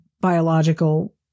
biological